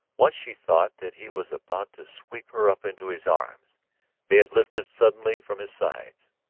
once she thought that he was about to sweep her up into his arms they had lifted suddenly from his sides.